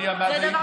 אני אמרתי,